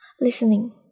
Listening